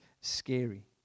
scary